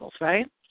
right